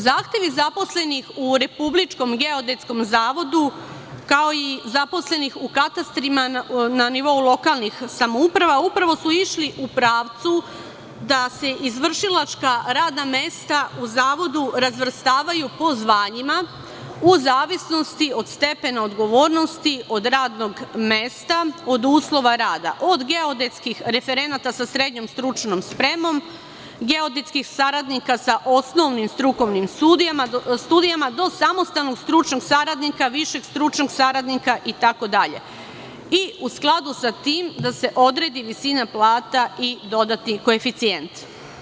Zahtevi zaposlenih u Republičkom geodetskom zavodu, kao i zaposlenih u katastrima na nivou lokalnih samouprava, upravo su išli u pravcu da se izvršilačka radna mesta u Zavodu razvrstavaju po zvanjima, u zavisnosti od stepena odgovornosti, od radnog mesta, od uslova rada, od geodetskih referenata sa srednjom stručnom spremom, geodetskih saradnika sa osnovnim strukovnim studijama, do samostalnog stručnog saradnika, višeg stručnog saradnika itd. i u skladu sa tim da se odredi visina plata i dodatnih koeficijenata.